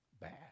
bad